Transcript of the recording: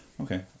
Okay